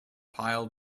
pile